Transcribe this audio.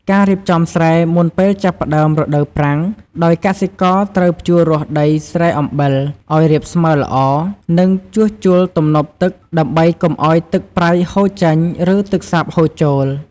ការរៀបចំស្រែ មុនពេលចាប់ផ្តើមរដូវប្រាំង ដោយកសិករត្រូវភ្ជួររាស់ដីស្រែអំបិលឱ្យរាបស្មើល្អ និងជួសជុលទំនប់ទឹកដើម្បីកុំឱ្យទឹកប្រៃហូរចេញ ឬទឹកសាបហូរចូល។